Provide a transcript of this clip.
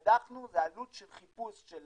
קדחנו, זה עלות של חיפוש של